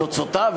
תוצאותיו,